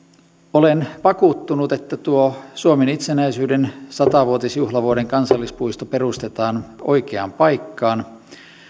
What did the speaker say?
olen vakuuttunut että tuo suomen itsenäisyyden sata vuotisjuhlavuoden kansallispuisto perustetaan oikeaan paikkaan